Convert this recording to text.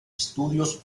estudios